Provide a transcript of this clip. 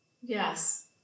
Yes